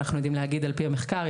אנחנו יודעים להגיד על פי המחקר,